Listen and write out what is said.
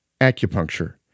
Acupuncture